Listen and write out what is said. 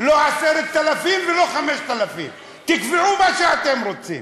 לא 10,000 ולא 5,000. תקבעו מה שאתם רוצים.